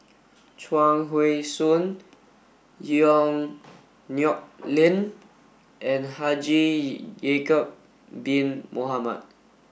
Chuang Hui Tsuan Yong Nyuk Lin and Haji Ya'acob bin Mohamed